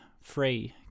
free